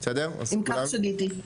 אם כך, שגיתי.